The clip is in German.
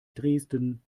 dresden